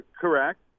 Correct